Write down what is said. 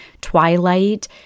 Twilight